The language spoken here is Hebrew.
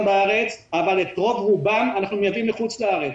בארץ אבל את רוב רובם אנחנו מייבאים מחוץ לארץ: